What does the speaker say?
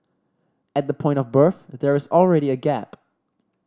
at the point of birth there's already a gap